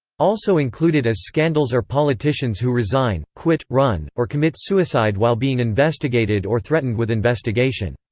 also included as scandals are politicians who resign, quit, run, or commit suicide while being investigated or threatened with investigation.